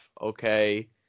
Okay